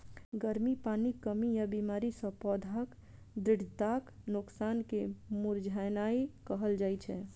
गर्मी, पानिक कमी या बीमारी सं पौधाक दृढ़ताक नोकसान कें मुरझेनाय कहल जाइ छै